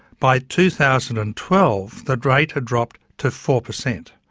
by two thousand and twelve the rate had dropped to four percent.